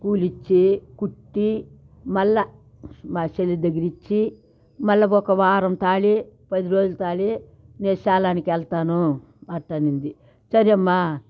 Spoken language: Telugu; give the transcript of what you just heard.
కూలి ఇచ్చి కుట్టి మరల మా చెల్లి దగ్గర ఇచ్చి మరల ఒక వారం తాలి పది రోజుల తాలి నేను సేలానికి వెళ్తాను అట్ట అన్నింది సరెమ్మా